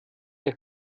der